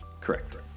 Correct